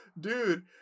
dude